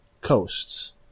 coasts